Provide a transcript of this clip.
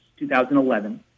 2011